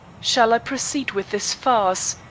shall i proceed with this farce,